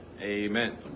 Amen